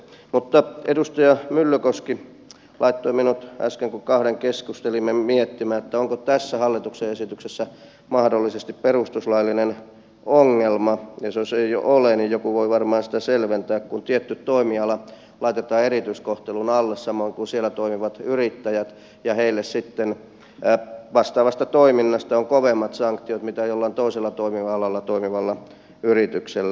mutta edustaja myllykoski laittoi minut äsken miettimään kun kahden keskustelimme onko tässä hallituksen esityksessä mahdollisesti perustuslaillinen ongelma ja jos ei ole niin joku voi varmaan sitä selventää kun tietty toimiala laitetaan erityiskohtelun alle samoin kuin siellä toimivat yrittäjät ja heille sitten vastaavasta toiminnasta on kovemmat sanktiot kuin jollain toisella toimialalla toimivalla yrityksellä